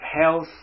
health